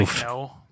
No